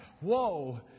Whoa